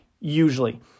usually